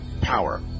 power